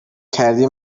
کردی